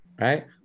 right